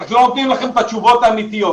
לא נותנים לכם את התשובות האמיתיות.